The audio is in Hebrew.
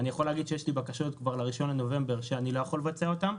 אני יכול להגיד שיש לי בקשות כבר ל-1 בנובמבר שאני לא יכול לבצע אותם.